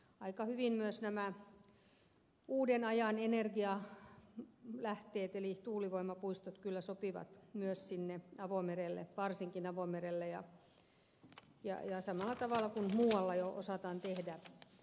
aika hyvin myös nämä uuden ajan energialähteet eli tuulivoimapuistot kyllä sopivat myös sinne avomerelle varsinkin avomerelle ja samalla tavalla kuin muualla jo osataan tehdä